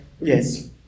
Yes